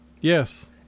yes